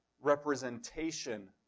representation